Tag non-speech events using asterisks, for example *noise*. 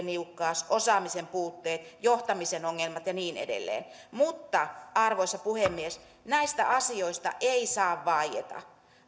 *unintelligible* niukkuus osaamisen puutteet johtamisen ongelmat ja niin edelleen mutta arvoisa puhemies näistä asioista ei saa vaieta